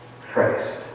Christ